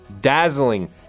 dazzling